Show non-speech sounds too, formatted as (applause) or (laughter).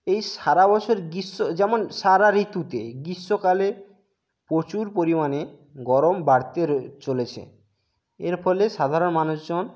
এই সারা বছর গ্রীষ্ম যেমন সারা ঋতুতে গ্রীষ্মকালে প্রচুর পরিমাণে গরম বাড়তে (unintelligible) চলেছে এর ফলে সাধারণ মানুষজন